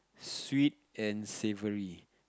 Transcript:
sweet and savoury